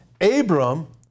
Abram